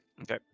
Okay